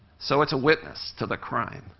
so it's a witness to the crime,